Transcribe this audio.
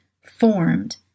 formed